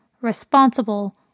responsible